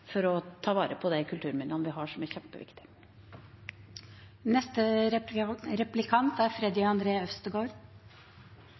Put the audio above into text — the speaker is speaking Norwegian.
for å ta vare på de kulturminnene vi har, som er kjempeviktig.